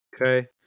Okay